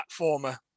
platformer